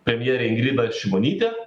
premjerė ingrida šimonytė